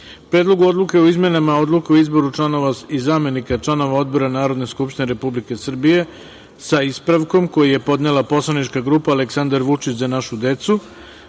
Predlogu odluke o izmenama Odluke o izboru članova i zamenika članova odbora Narodne skupštine Republike Srbije, sa ispravkom, koji je podnela Poslanička grupa „Aleksandar Vučić - Za našu decu“,